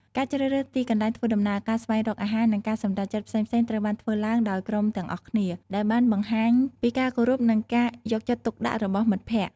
ការជ្រើសរើសទីកន្លែងធ្វើដំណើរ ការស្វែងរកអាហារ និងការសម្រេចចិត្តផ្សេងៗត្រូវបានធ្វើឡើងដោយក្រុមទាំងអស់គ្នា ដែលបានបង្ហាញពីការគោរពនិងការយកចិត្តទុកដាក់របស់មិត្តភក្តិ។